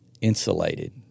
insulated